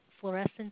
fluorescence